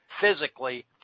physically